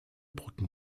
brücken